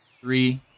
Three